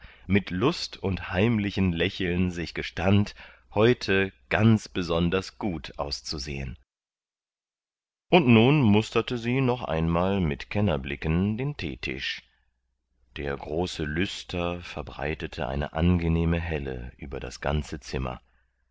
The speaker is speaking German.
mit lust und heimlichem lächeln sich gestand heute ganz besonders gut auszusehen und nun musterte sie noch einmal mit kennerblicken den teetisch der große lüster verbreitete eine angenehme helle über das ganze zimmer